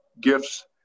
gifts